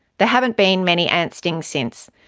there haven't been many ant stings since.